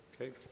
okay